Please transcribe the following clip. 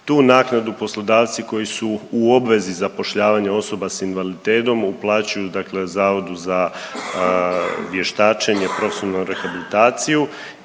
Tu naknadu poslodavci koji su u obvezi zapošljavanja osoba s invaliditetom uplaćuju dakle Zavodu za vještačenje, profesionalnu rehabilitaciju